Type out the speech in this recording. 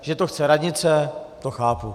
Že to chce radnice, to chápu.